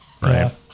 right